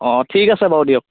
অ ঠিক আছে বাৰু দিয়ক